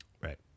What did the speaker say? Right